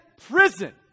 prison